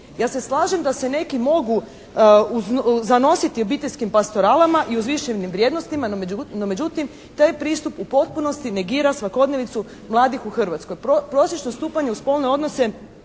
Ja se slažem da se neki mogu zanositi obiteljskim pastoralama i uzvišenim vrijednostima, no međutim taj pristup u potpunosti negira svakodnevnicu mladih u Hrvatskoj.